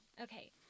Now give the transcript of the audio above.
Okay